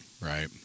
right